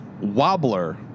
wobbler